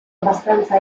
abbastanza